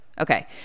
Okay